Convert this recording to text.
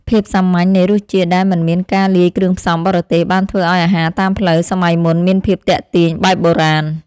ភាពសាមញ្ញនៃរសជាតិដែលមិនមានការលាយគ្រឿងផ្សំបរទេសបានធ្វើឱ្យអាហារតាមផ្លូវសម័យមុនមានភាពទាក់ទាញបែបបុរាណ។